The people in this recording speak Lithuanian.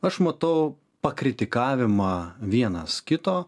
aš matau pakritikavimą vienas kito